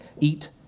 eat